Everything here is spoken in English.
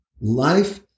Life